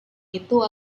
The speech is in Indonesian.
itu